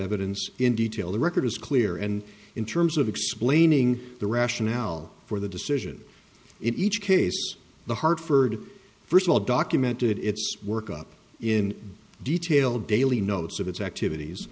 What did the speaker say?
evidence in detail the record is clear and in terms of explaining the rationale for the decision each case the hartford first of all documented its work up in detail daily notes of its activities